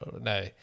no